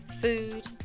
Food